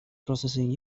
processing